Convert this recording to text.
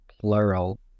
plural